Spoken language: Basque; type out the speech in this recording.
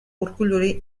urkulluri